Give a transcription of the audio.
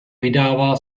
vydává